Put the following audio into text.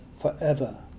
forever